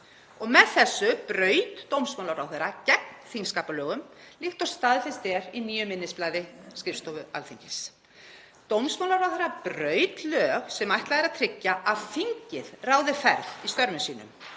Með þessu braut dómsmálaráðherra gegn þingskapalögum líkt og staðfest er í nýju minnisblaði skrifstofu Alþingis. Dómsmálaráðherra braut lög sem ætlað er að tryggja að þingið ráði ferð í störfum sínum,